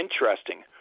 interesting